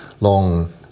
long